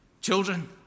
children